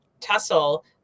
tussle